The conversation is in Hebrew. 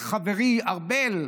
לחברי ארבל,